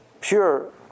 pure